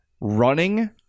running